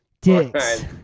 dicks